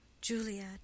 Juliet